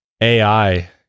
AI